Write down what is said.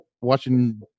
watching